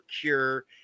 cure